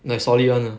like solid [one] lah